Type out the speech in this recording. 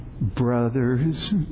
Brothers